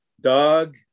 dog